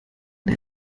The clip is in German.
der